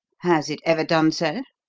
has it ever done so?